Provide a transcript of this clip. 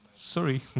sorry